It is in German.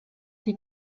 sie